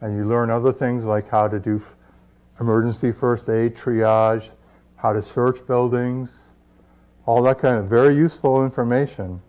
and you learn other things, like how to do emergency first aid, triage, how to search buildings all that kind of very useful information